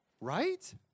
Right